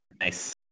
Nice